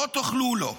לא תוכלו לו.